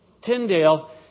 Tyndale